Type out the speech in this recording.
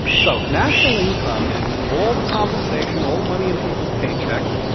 so national income is all the compensation, all the money in people's paychecks,